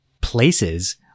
places